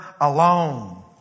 alone